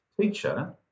Teacher